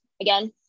again